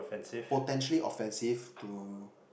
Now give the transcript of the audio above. potentially offensive to